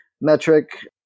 metric